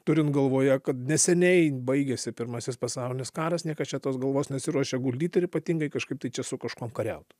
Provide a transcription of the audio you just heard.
turint galvoje kad neseniai baigėsi pirmasis pasaulinis karas niekas čia tos galvos nesiruošia guldyt ir ypatingai kažkaip tai čia su kažkuom kariaut